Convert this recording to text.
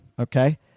Okay